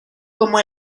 como